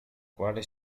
quale